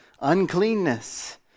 uncleanness